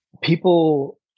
people